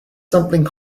something